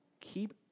keep